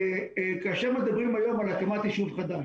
כאשר מדברים היום על הקמת יישוב חדש,